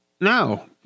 No